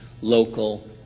local